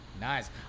Nice